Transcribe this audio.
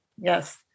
Yes